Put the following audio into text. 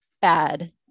bad